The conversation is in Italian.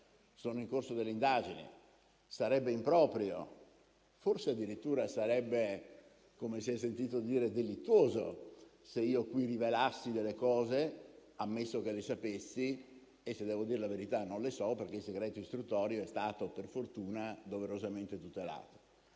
Sono in corso delle indagini, sarebbe improprio, forse addirittura - come si è sentito dire - delittuoso se io qui rivelassi delle cose, ammesso che le sapessi. Se devo dire la verità, non le so, perché il segreto istruttorio è stato - per fortuna - doverosamente tutelato.